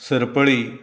सरपळी